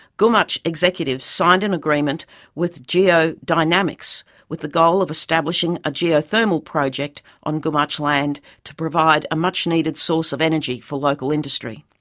gumatj executives signed an agreement with geodynamics with the goal of establishing a geothermal project on gumatj land to provide a much-needed source of energy for local industry.